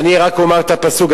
אני רק אומר את הפסוק.